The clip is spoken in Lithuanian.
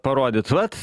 parodyt vat